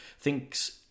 thinks